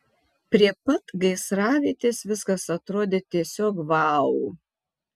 prie pat gaisravietės viskas atrodė tiesiog vau